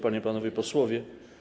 Panie i Panowie Posłowie!